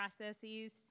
processes